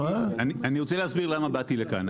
אני רוצה להסביר למה באתי לכאן.